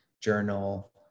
journal